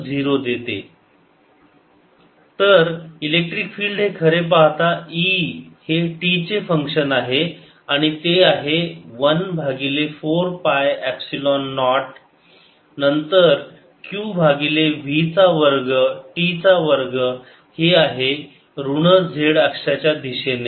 drtdtvrtvtcAt to rt0c0So rtvt तर electric field हे खरे पाहता E हे t चे फंक्शन आहे आणि ते आहे 1 भागिले 4 पाय एपसिलोन नॉट नंतर q भागिले v चा वर्ग t चा वर्ग हे आहे ऋण z अक्षाच्या दिशेने